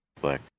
black